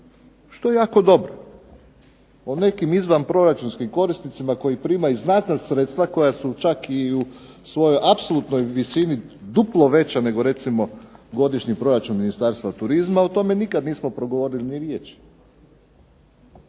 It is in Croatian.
što je jako dobro. O nekim izvanproračunskim korisnicima koji primaju znatna sredstva koja su čak i u svojoj apsolutnoj visini duplo veća nego recimo godišnji proračun Ministarstva turizma o tome nikad nismo progovorili ni riječi.